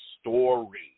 story